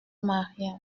mariage